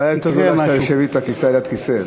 הבעיה היותר-גדולה היא שאתה יושב אתה, כיסא לכיסא.